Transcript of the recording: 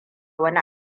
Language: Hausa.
wani